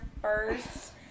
first